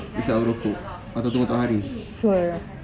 hisap rokok empat batang satu hari